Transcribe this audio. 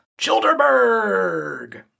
Childerberg